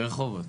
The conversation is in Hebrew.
ברחובות.